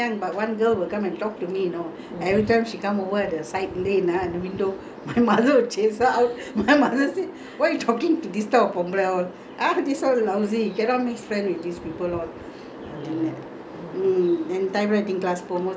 always come and talk to my my no lah that time young but one girl will come and talk to me you know everytime she come over the side lane ah window ah my mother will chase her out my mother say why you talking to these type of பொம்பல:pombala all these all lousy cannot make friends with these people all